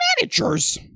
managers